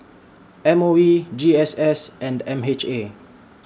M O E G S S and M H A